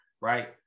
right